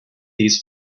these